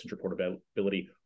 portability